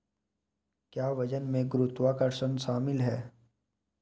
क्या वजन में गुरुत्वाकर्षण शामिल है?